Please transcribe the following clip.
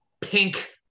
pink